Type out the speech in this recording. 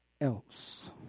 else